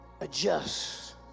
Adjust